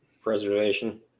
preservation